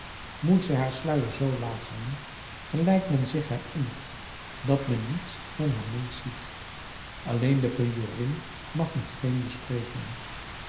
moet zij haar sluier zoo laag hangen gelijk men zich herinnert dat men niets dan haar mond ziet alleen de priorin mag met vreemden spreken